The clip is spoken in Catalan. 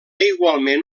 igualment